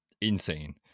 insane